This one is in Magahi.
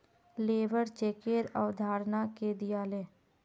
लेबर चेकेर अवधारणा के दीयाले